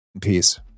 peace